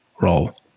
role